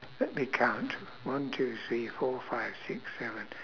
let me count one two three four five six seven